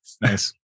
nice